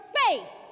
faith